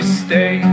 stay